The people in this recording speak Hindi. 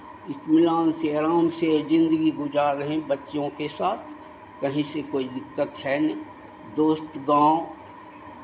इत्मिनान से आराम से ज़िन्दगी गुज़ार रहे बच्चों के साथ कहीं से कोइ दिक्कत है नहीं दोस्त गाँव